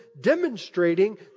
demonstrating